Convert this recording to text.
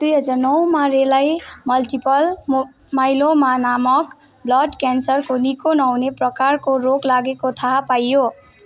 दुई हजार नौमा रेलाई मल्टिपल म माइलोमा नामक ब्लड क्यान्सरको निको नहुने प्रकारको रोग लागेको थाहा पाइयो